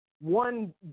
One